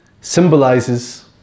symbolizes